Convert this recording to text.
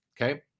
Okay